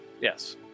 Yes